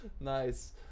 Nice